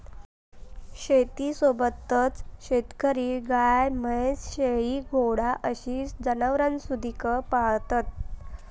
शेतीसोबतच शेतकरी गाय, म्हैस, शेळी, घोडा अशी जनावरांसुधिक पाळतत